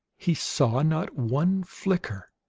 he saw not one flicker,